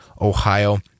Ohio